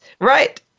Right